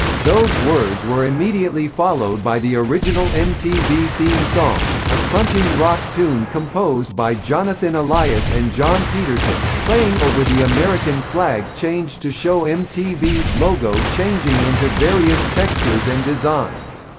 those words were immediately followed by the original mtv theme song, a crunching rock tune composed by jonathan elias and john petersen, playing over the american flag changed to show mtv's logo changing into various textures and designs.